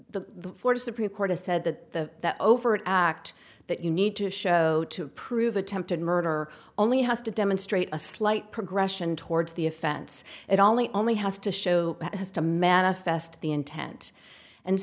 florida supreme court has said that the overt act that you need to show to prove attempted murder only has to demonstrate a slight progression towards the offense it only only has to show has to manifest the intent and